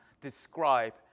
describe